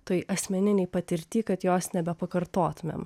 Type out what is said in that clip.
toj asmeninėj patirty kad jos nebepakartotumėm